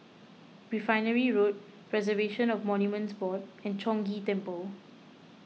Refinery Road Preservation of Monuments Board and Chong Ghee Temple